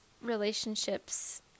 relationships